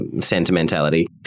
sentimentality